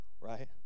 right